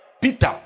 Peter